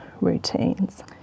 routines